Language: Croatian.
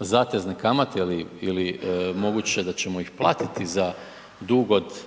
zatezne kamate ili moguće da ćemo ih platiti za dug od